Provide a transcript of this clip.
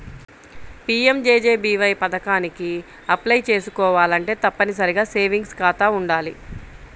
PMJJBY పథకానికి apply చేసుకోవాలంటే తప్పనిసరిగా సేవింగ్స్ ఖాతా వుండాలి